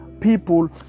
People